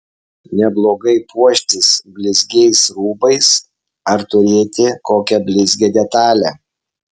neblogai puoštis blizgiais rūbais ar turėti kokią blizgią detalę